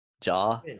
Jaw